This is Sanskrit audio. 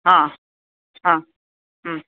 हा हा